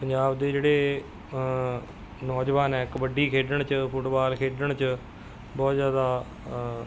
ਪੰਜਾਬ ਦੇ ਜਿਹੜੇ ਨੌਜਵਾਨ ਹੈ ਕਬੱਡੀ ਖੇਡਣ 'ਚ ਫੁੱਟਬਾਲ ਖੇਡਣ 'ਚ ਬਹੁਤ ਜ਼ਿਆਦਾ